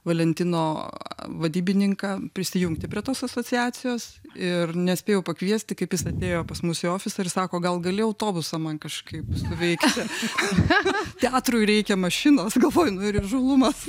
valentino vadybininką prisijungti prie tos asociacijos ir nespėjau pakviesti kaip jis atėjo pas mus į ofisą ir sako gal gali autobusą man kažkaip suveikti teatrui reikia mašinos galvoju nu ir įžūlumas